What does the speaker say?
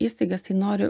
įstaigas tai noriu